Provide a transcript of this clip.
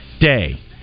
day